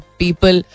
people